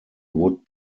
would